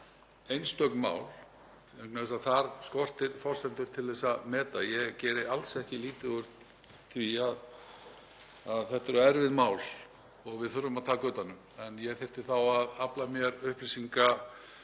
þess að þar skortir forsendur til þess að meta. Ég geri alls ekki lítið úr því að þetta eru erfið mál og við þurfum að taka utan um þau en ég þyrfti þá að afla mér upplýsinga